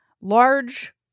large